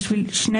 בשביל שני